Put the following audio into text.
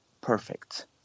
perfect